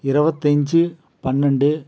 இருபத்தஞ்சி பன்னெண்டு